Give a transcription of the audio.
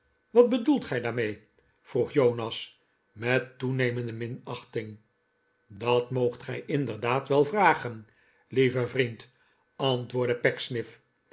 wat bedoelt gij daarmee vroeg jonas met toenemende minachting r dat moogt gij inderdaad wel vragen lieve vriend antwoordde